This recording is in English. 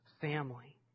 family